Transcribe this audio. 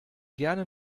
gerne